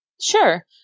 Sure